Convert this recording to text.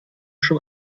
schon